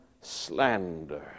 slander